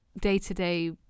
day-to-day